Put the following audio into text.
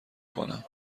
کنم